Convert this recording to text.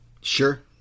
Sure